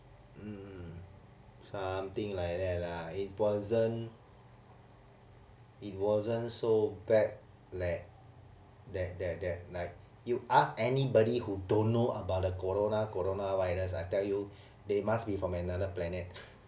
mm something like that lah it wasn't it wasn't so bad leh that that that like you ask anybody who don't know about the corona corona virus I tell you they must be from another planet